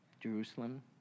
Jerusalem